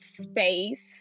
space